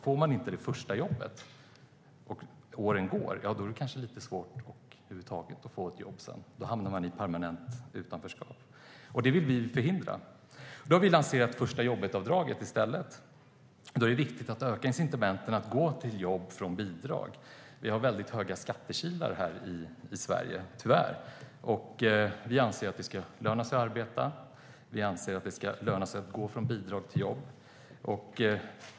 Får man inte det första jobbet och åren går kan det sedan vara svårt att över huvud taget få ett jobb. Då kan man hamna i permanent utanförskap. Det vill vi förhindra. Därför har vi i stället lanserat första-jobbet-avdraget. Det är viktigt att öka incitamenten att gå till jobb från bidrag. Tyvärr har vi väldigt höga skattekilar här i Sverige. Vi anser att det ska löna sig att arbeta. Det ska löna sig att gå från bidrag till jobb.